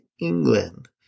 England